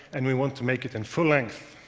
and we want to make it in full length,